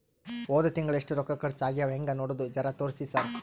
ಹೊದ ತಿಂಗಳ ಎಷ್ಟ ರೊಕ್ಕ ಖರ್ಚಾ ಆಗ್ಯಾವ ಹೆಂಗ ನೋಡದು ಜರಾ ತೋರ್ಸಿ ಸರಾ?